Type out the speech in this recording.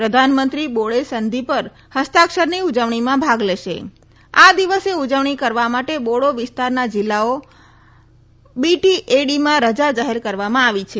પ્રધાનમંત્રી બોડે સંધી પર હસ્તાક્ષરની ઉજવમીમાં ભાગ લેશે તે દિવસે ઉજવણી કરવા માટે બોડી વિસ્તારના જિલ્લા લપતમાં રજા જાહેર કરવામા આવી છે